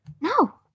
No